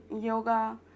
yoga